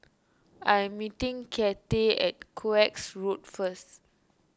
I am meeting Cathey at Koek Road first